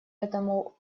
этому